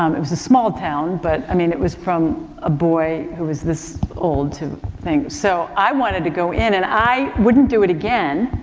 um it was a small town but, i mean, it was from a boy who was this old to thing. so, i wanted to go in and i wouldn't do it again,